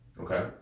okay